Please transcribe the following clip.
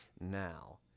now